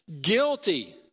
guilty